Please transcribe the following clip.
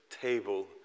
table